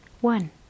One